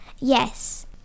Yes